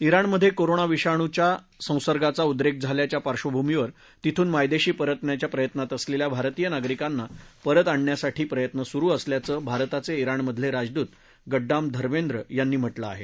इराणमध्ये कोरोना विषाणूच्या संसर्गांचा उद्रेक झाल्याच्या पार्कंभूमीवर तिथून मायदेशी परतण्याच्या प्रयत्नात असलेल्या भारतीय नागरिकांना परत आणण्यासाठी प्रयत्न सुरू असल्याचं भारताचे इराणमधले राजदूत गड्डाम धमेंद्र यांनी म्हाळिं आहे